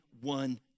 one